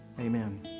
Amen